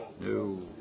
No